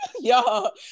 Y'all